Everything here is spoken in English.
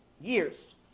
Years